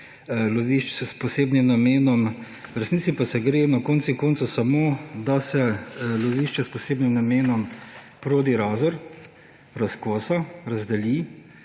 lovišč s posebnim namenom, v resnici pa gre na koncu koncev samo za to, da se lovišče s posebnim namenom Prodi-Razor razkosa, razdeli